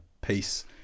peace